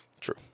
True